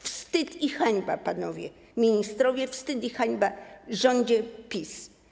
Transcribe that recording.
Wstyd i hańba, panowie ministrowie, wstyd i hańba, rządzie PiS.